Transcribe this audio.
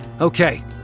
Okay